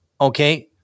Okay